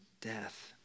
death